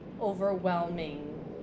overwhelming